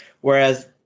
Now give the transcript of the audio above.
whereas